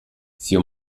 sie